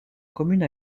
commune